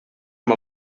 amb